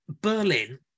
Berlin